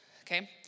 okay